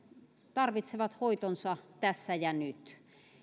tarvitsevat hoitonsa tässä ja nyt